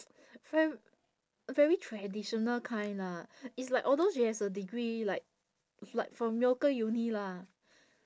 ve~ very traditional kind lah it's like although she has a degree like like from local uni lah